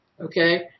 okay